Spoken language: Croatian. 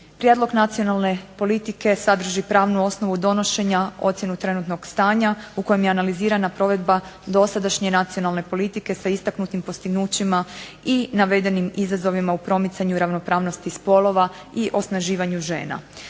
Prijedlog nacionalne politike sadrži pravnu osnovu donošenja, ocjenu trenutnog stanja u kojem je analizirana provedba dosadašnje nacionalne politike sa istaknutim postignućima i navedenim izazovima u promicanju ravnopravnosti spolova i osnaživanju žena.